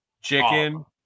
chicken